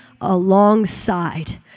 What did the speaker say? alongside